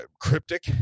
cryptic